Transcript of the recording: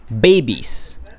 babies